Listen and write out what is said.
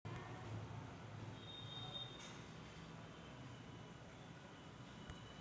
गृह विमा हा एक प्रकारचा मालमत्ता विमा आहे जो खाजगी घरांना कव्हर करतो